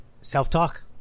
self-talk